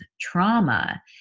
trauma